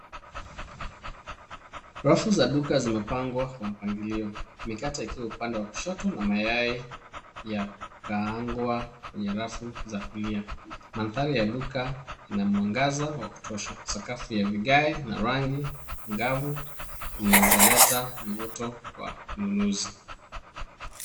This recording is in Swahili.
Rafu za duka zimepangwa kwa mpangilio, mikate ikiwa upande wa kushoto na mayai ya kukaangwa kwenye rafu za kulia. Mandhari ya duka ina mwangaza wa kutosha, sakafu ya vigae na rangi angavu zinazoleta mvuto wa ununuzi.